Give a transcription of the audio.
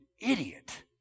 idiot